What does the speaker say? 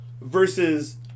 Versus